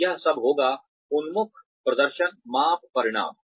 तो यह सब होगा उन्मुख प्रदर्शन माप परिणाम